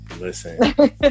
Listen